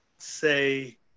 say